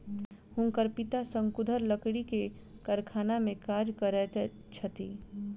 हुनकर पिता शंकुधर लकड़ी के कारखाना में काज करैत छथि